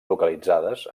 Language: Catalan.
localitzades